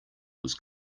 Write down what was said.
was